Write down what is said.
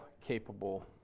capable